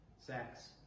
sex